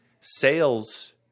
Sales